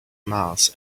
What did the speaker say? mars